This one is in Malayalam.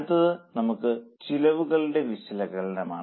അടുത്തത് ചെലവുകളുടെ വിശകലനമാണ്